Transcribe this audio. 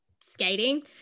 skating